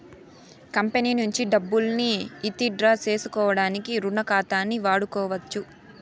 company నుంచి డబ్బుల్ని withdraw సేసుకోడానికి రుణ ఖాతాని వాడుకోవచ్చు